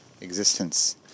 existence